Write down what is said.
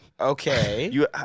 Okay